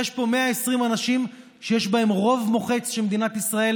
יש פה 120 אנשים שיש בהם רוב מוחץ של אנשים שמדינת ישראל